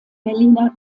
berliner